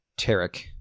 Tarek